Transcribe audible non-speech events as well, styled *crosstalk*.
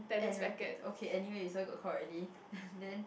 and racket okay anyway this one got caught already *laughs* then